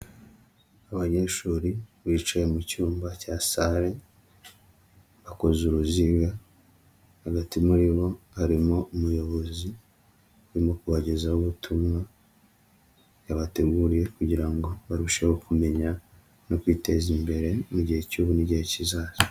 Abanyeshuri bicaye mu cyumba cya sare bakoze uruziga hagati muri bo harimo umuyobozi urimo kubagezaho ubutumwa yabateguriye kugira ngo barusheho kumenya no kwiteza imbere gihe cy'ubu n'igihe kizaza.